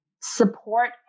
support